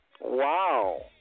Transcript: wow